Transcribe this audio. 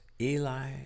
Eli